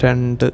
രണ്ട്